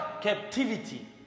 captivity